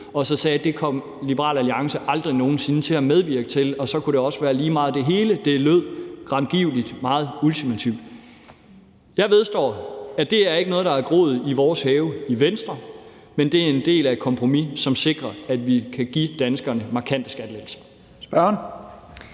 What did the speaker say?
han sagde, at det kom Liberal Alliance aldrig nogen sinde til at medvirke til; så kunne det hele også være lige meget. Det lød grangivelig meget ultimativt. Jeg vedstår, at det ikke er noget, der har groet i Venstres baghave, men det er en del af et kompromis, som sikrer, at vi kan give danskerne markante skattelettelser.